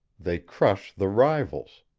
they crush the rivals.